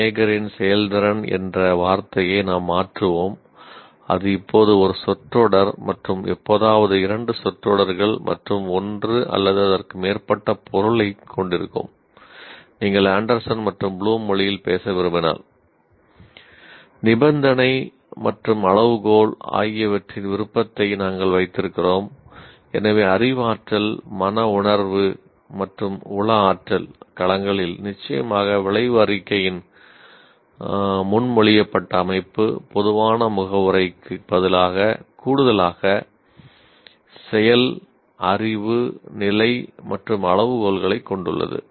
மேகரால் களங்களில் நிச்சயமாக விளைவு அறிக்கையின் முன்மொழியப்பட்ட அமைப்பு பொதுவான முகவுரைக்கு கூடுதலாக செயல் அறிவு நிலை மற்றும் அளவுகோல்களைக் கொண்டுள்ளது